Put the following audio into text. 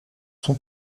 son